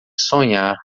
sonhar